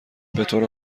بطور